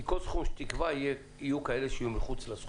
כי כל סכום שתקבע יהיו כאלה שיהיו מחוץ לסכום.